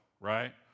right